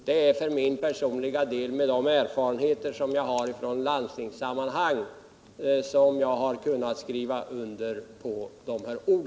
De erfarenheter som jag har i landstingssammanhang har för min personliga del varit orsaken till att jag kunnat skriva under dessa ord.